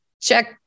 check